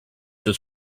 was